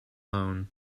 loan